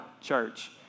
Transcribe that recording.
church